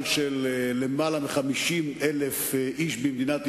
של למעלה מ-50,000 איש במדינת ישראל,